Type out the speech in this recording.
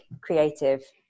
creative